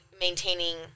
maintaining